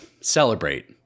celebrate